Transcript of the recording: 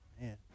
Man